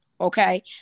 okay